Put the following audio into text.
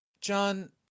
John